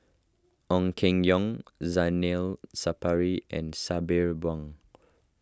Ong Keng Yong Zainal Sapari and Sabri Buang